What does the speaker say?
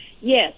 Yes